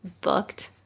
booked